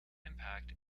impact